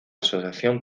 asociación